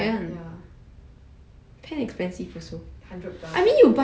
ya need buy [one]